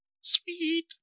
Sweet